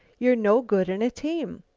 you're no good in a team.